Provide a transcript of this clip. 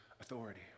authority